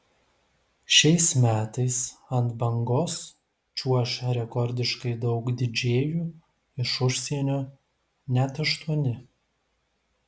šiais metais ant bangos čiuoš rekordiškai daug didžėjų iš užsienio net aštuoni